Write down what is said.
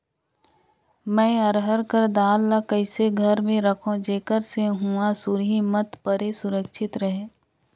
मैं अरहर कर दाल ला कइसे घर मे रखों जेकर से हुंआ सुरही मत परे सुरक्षित रहे?